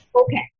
okay